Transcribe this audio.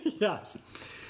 Yes